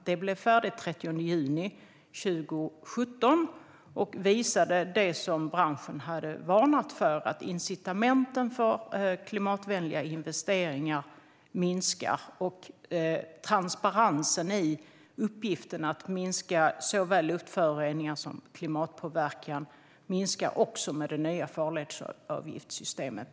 Detta blev färdigt den 30 juni 2017 och visade det som branschen hade varnat för, nämligen att incitamenten för klimatvänliga investeringar minskar. Transparensen i uppgiften att minska såväl luftföroreningar som klimatpåverkan minskar också med det nya farledsavgiftssystemet.